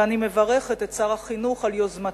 ואני מברכת את שר החינוך על יוזמתו